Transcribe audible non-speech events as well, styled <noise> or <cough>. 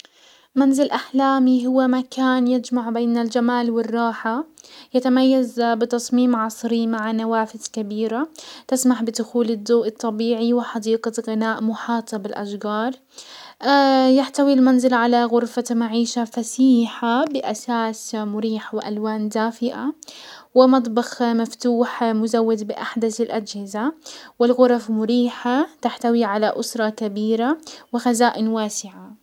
منزل احلامي هو مكان يجمع بين الجمال والراحة، يتميز بتصميم عصري مع نوافذ كبيرة تسمح بدخول الضوء الطبيعي، وحديقة غناء محاطة بالاشجار. <hesitation> يحتوي المنزل على غرفة معيشة فسيحة باساس مريح والوان دافئة ومطبخ مفتوح مزود باحدس الاجهزة والغرف مريحة تحتوي على اسرة كبيرة وخزائن واسعة.